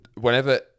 whenever